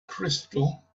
crystal